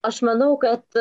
aš manau kad